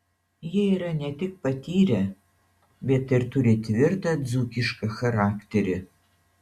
jie yra ne tik patyrę bet ir turi tvirtą dzūkišką charakterį